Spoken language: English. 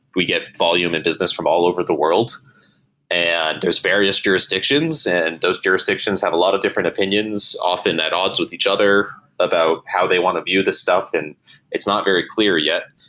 we get volume and business from all over the world and there is various jurisdictions and those jurisdictions have a lot of different opinions, often at odds with each other about how they want to view the stuff and it's not very clear yet.